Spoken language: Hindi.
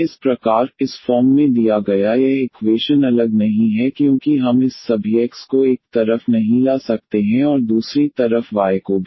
इस प्रकार इस फॉर्म में दिया गया यह इक्वेशन अलग नहीं है क्योंकि हम इस सभी x को एक तरफ नहीं ला सकते हैं और दूसरी तरफ y को भी